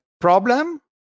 problem